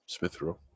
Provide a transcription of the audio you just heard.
Smithrow